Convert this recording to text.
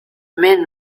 men